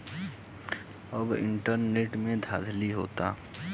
अब इंटरनेट से भी धांधली होता